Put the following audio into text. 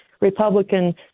Republican